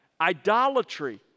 idolatry